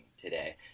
today